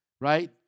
right